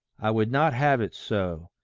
i would not have it so.